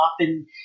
often